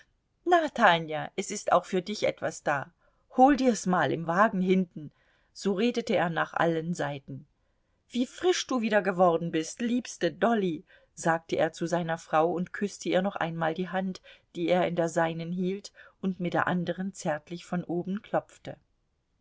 na tanja es ist auch für dich etwas da hol dir's mal im wagen hinten so redete er nach allen seiten wie frisch du wieder geworden bist liebste dolly sagte er zu seiner frau und küßte ihr noch einmal die hand die er in der seinen hielt und mit der andern zärtlich von oben klopfte